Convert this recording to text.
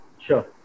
Sure